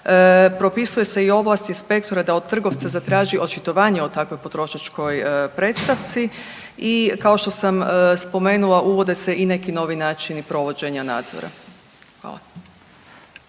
Propisuju se i ovlasti inspektora da od trgovca zatraži očitovanje o takvoj potrošačkoj predstavci. I kao što sam spomenula, uvode se i neki novi načini provođenja nadzora. Hvala.